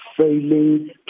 failing